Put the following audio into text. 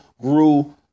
grew